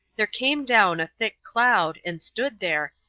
there came down a thick cloud, and stood there,